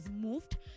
moved